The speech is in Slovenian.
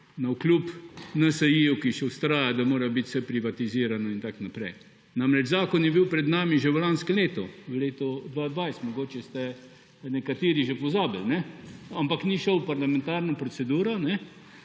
navkljub NSi, ki še vztraja, da mora biti vse privatizirano in tako naprej. Namreč zakon je bil pred nami že v lanskem letu, v letu 2020. Mogoče ste nekateri že pozabili, ne? Ampak ni šel v parlamentarno proceduro,